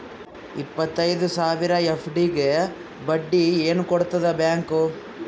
ಇಪ್ಪತ್ತೈದು ಸಾವಿರ ಎಫ್.ಡಿ ಗೆ ಬಡ್ಡಿ ಏನ ಕೊಡತದ ಬ್ಯಾಂಕ್?